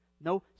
No